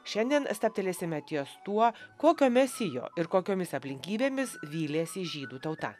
šiandien stabtelėsime ties tuo kokio mesijo ir kokiomis aplinkybėmis vylėsi žydų tauta